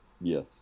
Yes